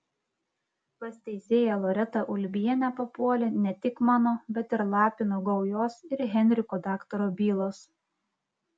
pas teisėją loretą ulbienę papuolė ne tik mano bet ir lapino gaujos ir henriko daktaro bylos